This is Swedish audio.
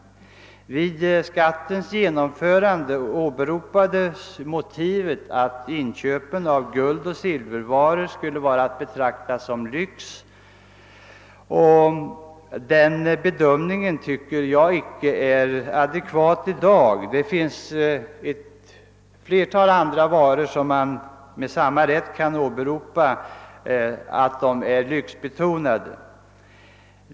i Vid skattens genomförande åberopades som motiv att guldoch silvervaror var att betrakta som lyx. Den bedömningen tycker jag inte är adekvat i dag. Det finns ett flertal andra varor som man med samma rätt kan påstå är lyxbetonade.